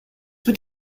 were